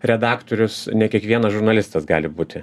redaktorius ne kiekvienas žurnalistas gali būti